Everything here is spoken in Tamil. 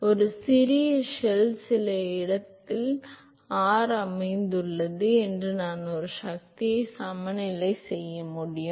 எனவே சிறிய ஷெல் சில r இடத்தில் அமைந்துள்ளது மற்றும் நான் ஒரு சக்தி சமநிலை செய்ய முடியும்